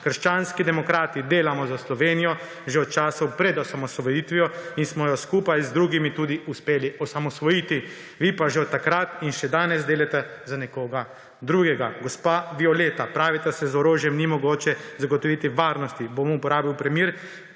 Krščanski demokrati delamo za Slovenijo že od časov pred osamosvojitvijo in smo jo skupaj z drugimi tudi uspeli osamosvojiti. Vi pa že od takrat in še danes delate za nekoga drugega. Gospa Violeta, pravite, da si z orožjem ni mogoče zagotoviti varnosti. Bom uporabil primer,